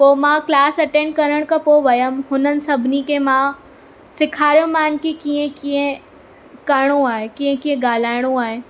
पोइ मां class attend करण खां पोइ वयमि हुननि सभिनी खे मां सेखारियो मान की कीअं कीअं करिणो आहे कीअं कीअं ॻाल्हाइणो आहे